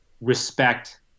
respect